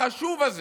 החשוב הזה